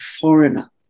foreigner